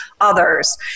others